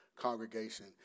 congregation